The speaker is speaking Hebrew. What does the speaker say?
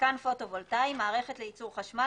"מיתקן פוטו-וולטאי" מערכת לייצור חשמל